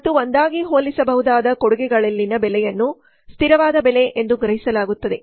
ಮತ್ತು ಒಂದಾಗಿ ಹೋಲಿಸಬಹುದಾದ ಕೊಡುಗೆಗಳಲ್ಲಿನ ಬೆಲೆಯನ್ನು ಸ್ಥಿರವಾದ ಬೆಲೆ ಎಂದು ಗ್ರಹಿಸಲಾಗುತ್ತದೆ